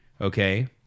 Okay